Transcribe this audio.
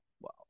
Wow